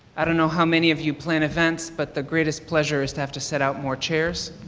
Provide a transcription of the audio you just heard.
i don't know how many of you plan events but the greatest pleasure is to have to set out more chairs.